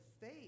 faith